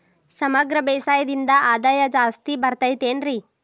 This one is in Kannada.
ಸಮಗ್ರ ಬೇಸಾಯದಿಂದ ಆದಾಯ ಜಾಸ್ತಿ ಬರತೈತೇನ್ರಿ?